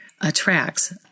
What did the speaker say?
attracts